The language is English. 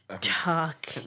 talk